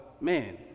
man